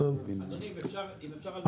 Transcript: אדוני היושב-ראש.